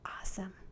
awesome